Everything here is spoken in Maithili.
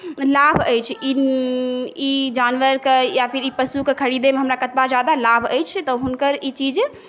लाभ अछि ई जानवरकेँ या फेर ई पशुकेँ खरीदयमे हमरा कतबा ज्यादा लाभ अछि तऽ हुनकर ई चीज